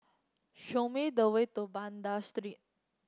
show me the way to Banda Street